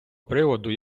приводу